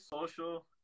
social